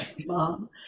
mom